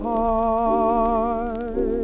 high